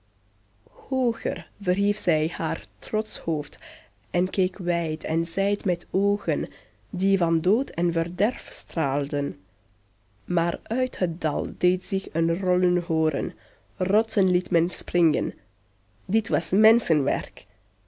verhief zij haar trotsch hoofd en keek wijd en zijd met oogen die van dood en verderf straalden maar uit het dal deed zich een rollen hooren rotsen liet men springen dit was